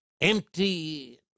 empty